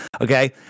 okay